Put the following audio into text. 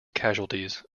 casualties